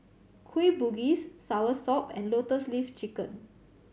Kueh Bugis soursop and Lotus Leaf Chicken